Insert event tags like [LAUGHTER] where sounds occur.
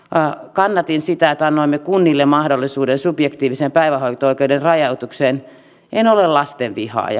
kannatin sitä että annoimme kunnille mahdollisuuden subjektiivisen päivähoito oikeuden rajoitukseen en ole lastenvihaaja [UNINTELLIGIBLE]